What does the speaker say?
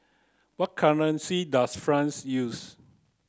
what currency does France use